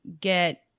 get